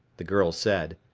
the girl said.